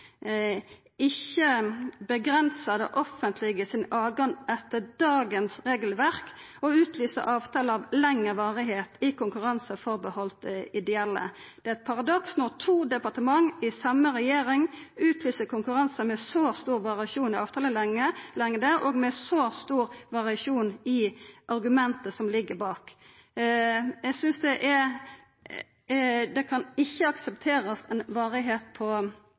ikkje avgrensar det offentlege sin tilgang etter dagens regelverk til å utlysa avtaler av lengre varigheit i konkurransar berre for ideelle. Det er eit paradoks når to departement – i same regjering – utlyser konkurransar med så stor variasjon i avtalelengd og med så stor variasjon i argumentet som ligg bak. Eg synest ikkje ein kan akseptera ei varigheit på